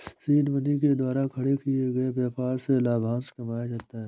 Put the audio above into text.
seed money के द्वारा खड़े किए गए व्यापार से लाभांश कमाया जाता है